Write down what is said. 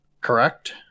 correct